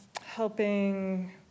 helping